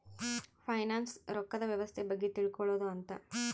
finance ರೊಕ್ಕದ್ ವ್ಯವಸ್ತೆ ಬಗ್ಗೆ ತಿಳ್ಕೊಳೋದು ಅಂತ